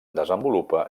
desenvolupa